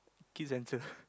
Kids Central